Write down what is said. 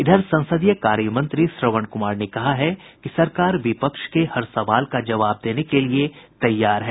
इधर संसदीय कार्य मंत्री श्रवण कुमार ने कहा है कि सरकार विपक्ष के हर सवाल का जवाब देने के लिए तैयार है